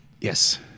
Yes